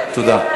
תודה.